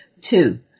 Two